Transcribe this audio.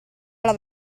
alla